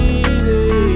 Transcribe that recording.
easy